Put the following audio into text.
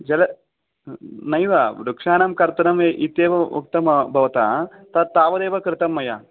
जल नैव वृक्षाणां कर्तनम् इत्येव उक्त्तम् भवता तत् तावदेव कृतं मया